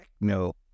no